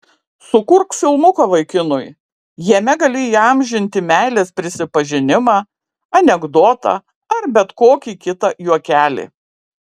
sukurk filmuką vaikinui jame gali įamžinti meilės prisipažinimą anekdotą ar bet kokį kitą juokelį